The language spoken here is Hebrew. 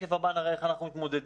בשקף הבא נראה איך אנחנו מתמודדים.